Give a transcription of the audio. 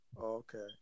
Okay